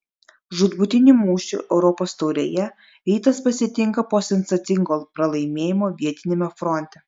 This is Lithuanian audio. žūtbūtinį mūšį europos taurėje rytas pasitinka po sensacingo pralaimėjimo vietiniame fronte